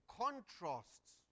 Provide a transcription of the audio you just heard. contrasts